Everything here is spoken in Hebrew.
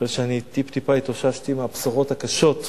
אחרי שאני טיפ-טיפה התאוששתי מהבשורות הקשות,